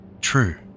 True